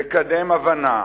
לקדם הבנה,